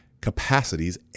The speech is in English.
capacities